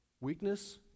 Weakness